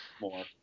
more